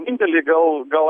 vieninteliai gal gal